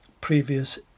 previous